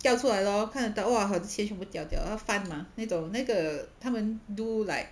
掉出来咯看得到 !whoa! 我钱什么掉掉要翻吗那种那个他们 do like